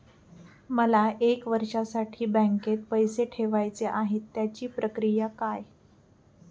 मला एक वर्षासाठी बँकेत पैसे ठेवायचे आहेत त्याची प्रक्रिया काय?